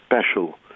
special